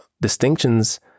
distinctions